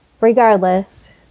regardless